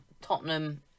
tottenham